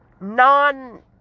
non